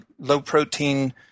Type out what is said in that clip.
low-protein